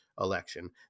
election